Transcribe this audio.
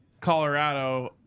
Colorado